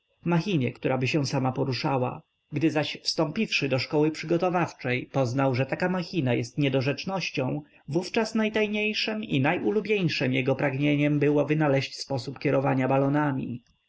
machinie któraby się sama poruszała gdy zaś wstąpiwszy do szkoły przygotowawczej poznał że taka machina jest niedorzecznością wówczas najtajniejszem i najulubieńszem jego pragnieniem było wynaleźć sposób kierowania balonami